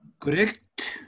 Correct